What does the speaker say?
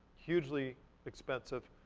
hugely expensive.